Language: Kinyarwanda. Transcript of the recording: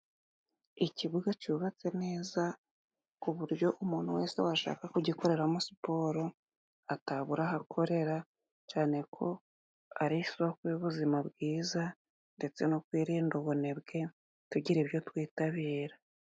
Ikibuga cyubatse neza ku buryo umuntu wese washaka kugikoreramo siporo atabura aho akorera， cyane ko ari isoko y'ubuzima bwiza，ndetse no kwirinda ubunebwe tugira ibyo twitabira.